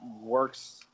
works